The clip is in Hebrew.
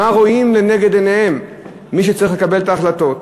מה רואים לנגד עיניהם מי שצריכים לקבל את ההחלטות.